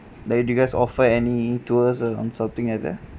may be you guys offer any tours or something like that